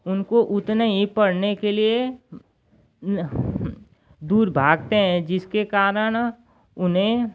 उनको उतने ही पढ़ने के लिए दूर भागते हैं जिसके कारण उन्हें